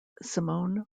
simone